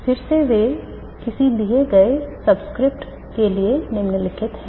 फिर से वे किसी दिए गए सबस्क्रिप्ट के लिए निश्चित हैं